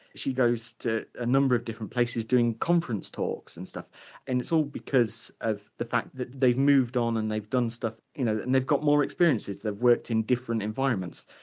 she goes to a number of different places doing conference talks and stuff and it's all because of the fact that they've moved on and they've done stuff you know and they've got more experiences, they've worked in different environments.